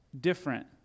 different